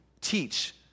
teach